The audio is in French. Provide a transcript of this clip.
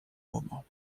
moment